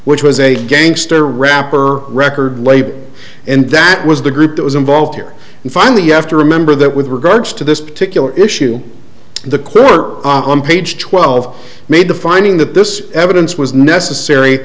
which was a gangster rapper record label and that was the group that was involved here and finally you have to remember that with regards to this particular issue the clerk on page twelve made the finding that this evidence was necessary